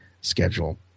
schedule